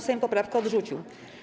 Sejm poprawkę odrzucił.